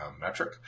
metric